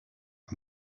and